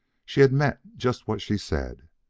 she had meant just what she said.